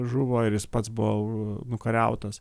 žuvo ir jis pats buvo nukariautas